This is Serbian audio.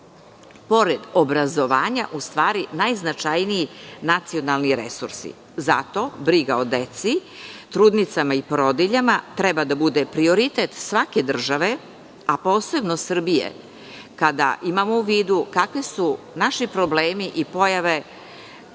pored obrazovanja, u stvari najznačajniji nacionalni resursi. Zato briga o deci, trudnicama i porodiljama treba da bude prioritet svake države, a posebno Srbije, kada imamo u vidu kakvi su naši problemi i pojave